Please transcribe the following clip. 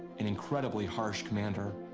an incredibly harsh commander,